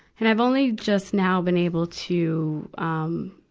and i've only just now been able to, um,